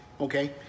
okay